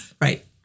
Right